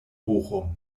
bochum